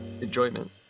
enjoyment